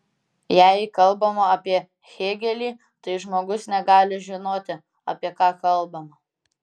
jei kalbama apie hėgelį tai žmogus negali žinoti apie ką kalbama